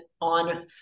on